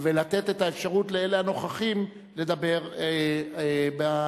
וניתן את האפשרות לאלה הנוכחים לדבר כמסתייגים.